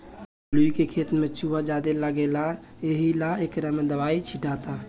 अलूइ के खेत में चूहा ज्यादे लगता एहिला एकरा में दवाई छीटाता